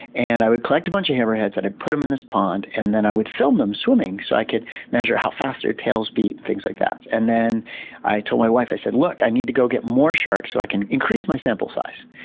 and i would collect a bunch of hammerheads, and i'd put them in this pond, and then i would film them swimming so i could measure how fast their tails beat things like that. and then i told my wife, look, i need to go get more sharks so i can increase my sample size.